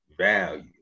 value